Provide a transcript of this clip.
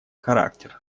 характер